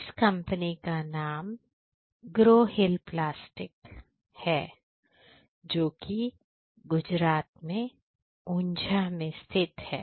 इस कंपनी का नाम ग्रो हिल प्लास्टिक है जो कि गुजरात में उंझा में स्थित है